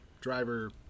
Driver